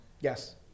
Yes